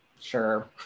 sure